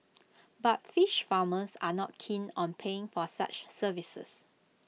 but fish farmers are not keen on paying for such services